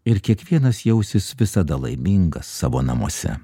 ir kiekvienas jausis visada laimingas savo namuose